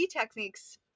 techniques